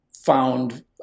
found